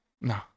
no